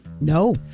No